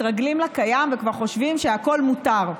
מתרגלים לקיים וכבר חושבים שהכול מותר,